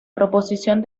proposición